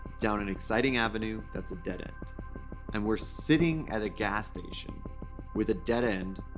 down an exciting avenue that's a dead-end. and we're sitting at a gas station with a dead end,